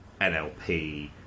NLP